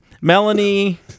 Melanie